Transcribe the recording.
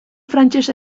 frantses